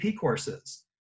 courses